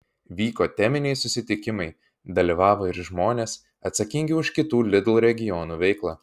vyko teminiai susitikimai dalyvavo ir žmonės atsakingi už kitų lidl regionų veiklą